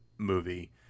movie